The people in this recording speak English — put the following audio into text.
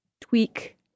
tweak